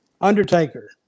Undertaker